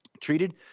treated